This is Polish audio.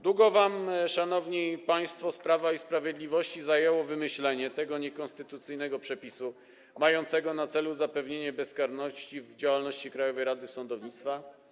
Długo wam, szanowni państwo z Prawa i Sprawiedliwości, zajęło wymyślenie tego niekonstytucyjnego przepisu, mającego na celu zapewnienie bezkarności w działalności Krajowej Rady Sądownictwa?